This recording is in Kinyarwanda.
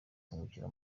kungukira